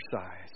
exercise